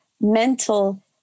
mental